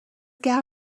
gal